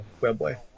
Webway